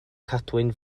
cadwyn